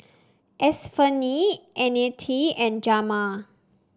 Estefany Nannette and Jamaal